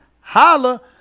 Holla